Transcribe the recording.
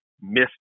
missed